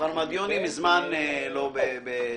מדיוני כבר מזמן לא בתפקידו.